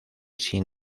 sin